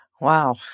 Wow